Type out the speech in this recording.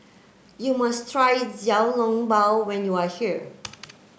you must try Xiao Long Bao when you are here